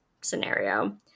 scenario